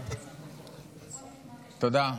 תודה.